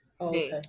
okay